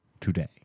today